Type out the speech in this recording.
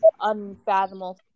unfathomable